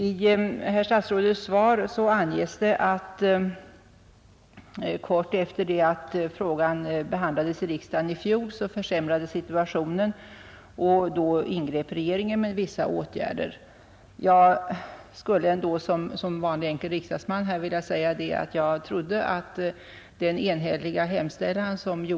I svaret anges att kort efter det att frågan behandlades i riksdagen i fjol försämrades situationen, och då ingrep regeringen med vissa åtgärder. Jag skulle som vanlig enkel riksdagsledamot vilja säga att jag trodde att den enhälliga hemställan som.